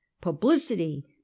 Publicity